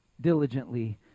diligently